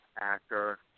actor